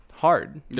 hard